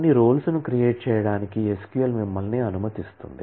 కొన్ని రోల్స్ ను క్రియేట్ చేయడానికి SQL మిమ్మల్ని అనుమతిస్తుంది